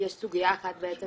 יש סוגיה אחת בעצם